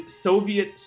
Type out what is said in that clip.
Soviet